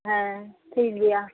ᱦᱮᱸ ᱴᱷᱤᱠ ᱜᱮᱭᱟ